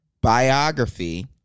biography